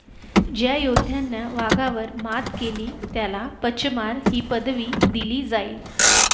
ज्या योद्ध्यानं वाघावर मात केली त्याला पचमार ही पदवी दिली जाईल